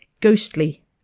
ghostly